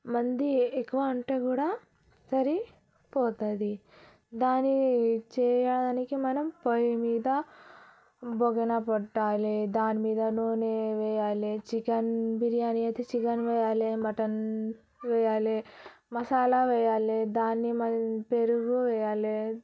మంది ఎక్కువ ఉంటే కూడా సరిపోతుంది దాని చేయడానికి మనం పొయ్యి మీద బొగన పెట్టాలి దాని మీద నూనె వేయాలి చికెన్ బిర్యానీ అయితే చికెన్ వేయాలి మటన్ వేయాలి మసాలా వేయాలి దాని మరియు పెరుగు వేయాలి